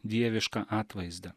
dievišką atvaizdą